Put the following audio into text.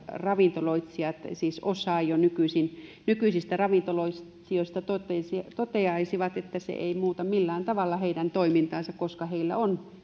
ravintoloitsijat siis osa jo nykyisistä ravintoloitsijoista toteaisivat toteaisivat että se ei muuta millään tavalla heidän toimintaansa koska heillä on